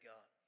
God